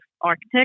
architect